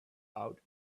out